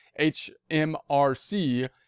HMRC